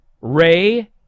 Ray